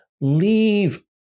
Leave